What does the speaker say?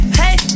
hey